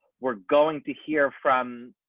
we're going to hear from